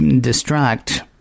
distract